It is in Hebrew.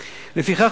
לפיכך,